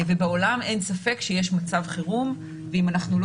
בעולם אין ספק שיש מצב חירום ואם אנחנו לא